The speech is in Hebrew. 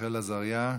רחל עזריה,